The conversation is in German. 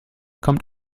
kommt